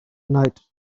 night